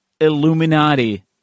illuminati